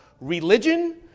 religion